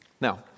Now